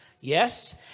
Yes